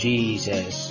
Jesus